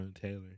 Taylor